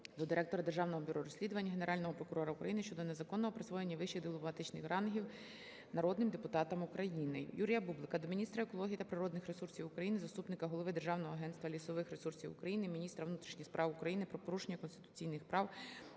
до директора Державного бюро розслідувань, Генерального прокурора України щодо незаконного присвоєння вищих дипломатичних рангів народним депутатам України. Юрія Бублика до міністра екології та природних ресурсів України, заступника голови Державного агентства лісових ресурсів України, міністра внутрішніх справ України про порушення конституційних прав